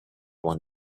one